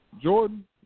Jordan